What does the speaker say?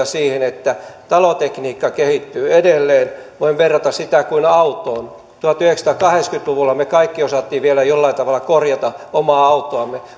siihen että talotekniikka kehittyy edelleen voin verrata sitä autoon tuhatyhdeksänsataakahdeksankymmentä luvulla me kaikki osasimme vielä jollain tavalla korjata omaa autoamme